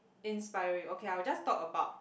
inspiring okay I will just talk about